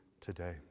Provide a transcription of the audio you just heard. today